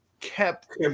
kept